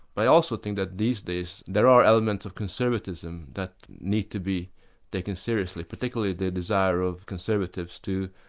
but i also think that these days there are elements of conservatism that need to be taken seriously, particularly the desire of conservatives to,